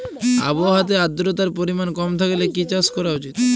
আবহাওয়াতে আদ্রতার পরিমাণ কম থাকলে কি চাষ করা উচিৎ?